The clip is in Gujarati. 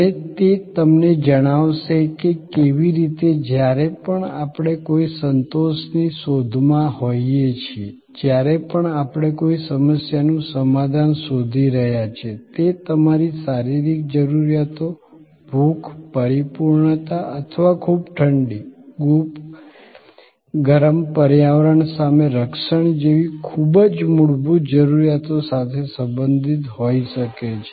અને તે તમને જણાવશે કે કેવી રીતે જ્યારે પણ આપણે કોઈ સંતોષની શોધમાં હોઈએ છીએ જ્યારે પણ આપણે કોઈ સમસ્યાનું સમાધાન શોધી રહ્યા છીએ તે તમારી શારીરિક જરૂરિયાતો ભૂખ પરિપૂર્ણતા અથવા ખૂબ ઠંડી ખૂબ ગરમ પર્યાવરણ સામે રક્ષણ જેવી ખૂબ જ મૂળભૂત જરૂરિયાતો સાથે સંબંધિત હોઈ શકે છે